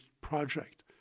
project